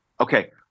Okay